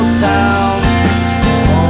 town